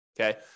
Okay